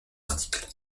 articles